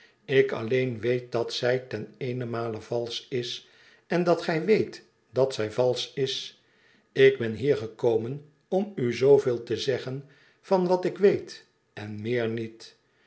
ik alleen weet dat zij ten eenenmale valsch is en dat gij weet dat zij valsch is ik ben hier gekomen om u zooveel te zeggen van wat ik weet en meer niet